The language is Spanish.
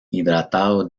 hidratado